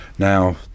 Now